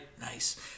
Nice